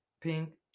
pink